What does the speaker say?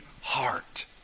heart